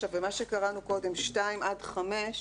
9 ומה שקראנו קודם, 2 עד 5,